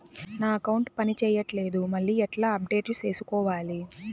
నా అకౌంట్ పని చేయట్లేదు మళ్ళీ ఎట్లా అప్డేట్ సేసుకోవాలి?